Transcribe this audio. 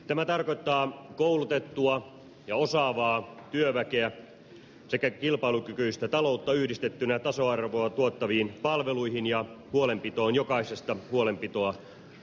tämä tarkoittaa koulutettua ja osaavaa työväkeä sekä kilpailukykyistä taloutta yhdistettynä tasa arvoa tuottaviin palveluihin ja huolenpitoon jokaisesta huolenpitoa tarvitsevasta